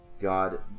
God